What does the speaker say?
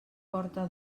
porta